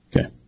Okay